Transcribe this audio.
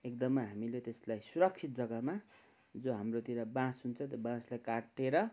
एकदमै हामीले त्यसलाई सुरक्षित जग्गामा जो हाम्रोतिर बाँस हुन्छ त्यो बाँसलाई काटेर